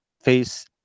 face